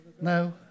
No